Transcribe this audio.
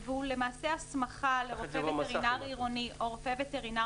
הוא למעשה הסמכה לרופא וטרינר עירוני או רופא וטרינר